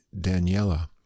Daniela